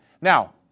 Now